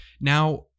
Now